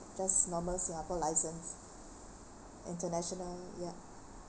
just normal singapore license international ya